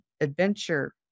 adventure